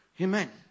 Amen